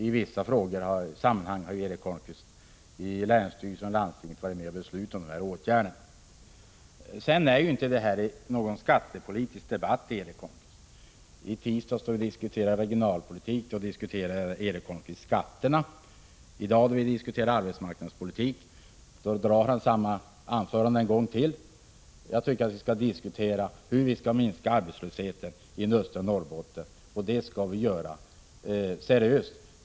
I vissa frågor har Erik Holmkvist själv varit med om att i länsstyrelse och landsting besluta om de aktuella åtgärderna. Detta är inte någon skattepolitisk debatt, Erik Holmkvist. I tisdags, då vi diskuterade regionalpolitik, då diskuterade Erik Holmkvist skatterna. I dag, då vi diskuterar arbetsmarknadspolitik, då drar Erik Holmkvist samma anförande en gång till. Jag tycker att vi skall diskutera hur vi skall minska arbetslösheten i östra Norrbotten. Det skall vi göra seriöst.